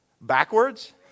backwards